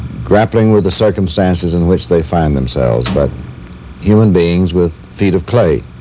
grappling with the circumstances in which they find themselves, but human beings with feet of clay.